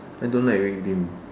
I don't like red bean